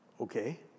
okay